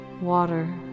Water